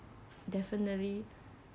definitely